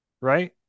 right